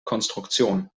konstruktion